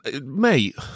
mate